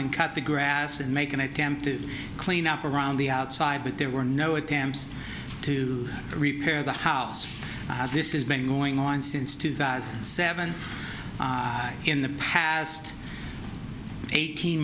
and cut the grass and make an attempt to clean up around the outside but there were no attempts to repair the house this has been going on since two thousand and seven in the past eighteen